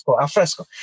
Alfresco